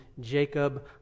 Jacob